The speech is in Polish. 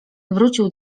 wrócił